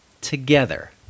together